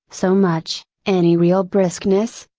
so much, any real briskness,